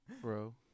Bro